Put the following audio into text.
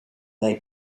they